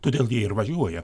todėl jie ir važiuoja